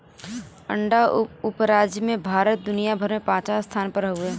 अंडा उपराजे में भारत दुनिया भर में पचवां स्थान पर हउवे